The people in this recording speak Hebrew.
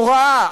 נוראה,